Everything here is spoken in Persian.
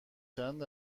چند